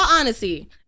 honesty